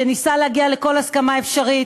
שניסה להגיע לכל הסכמה אפשרית,